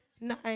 nine